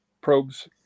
probes